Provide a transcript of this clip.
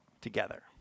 together